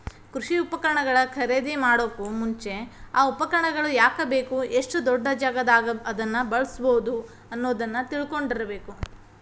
ಕೃಷಿ ಉಪಕರಣ ಖರೇದಿಮಾಡೋಕು ಮುಂಚೆ, ಆ ಉಪಕರಣ ಯಾಕ ಬೇಕು, ಎಷ್ಟು ದೊಡ್ಡಜಾಗಾದಾಗ ಅದನ್ನ ಬಳ್ಸಬೋದು ಅನ್ನೋದನ್ನ ತಿಳ್ಕೊಂಡಿರಬೇಕು